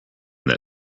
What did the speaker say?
that